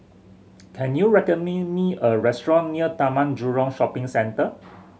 can you recommend me a restaurant near Taman Jurong Shopping Centre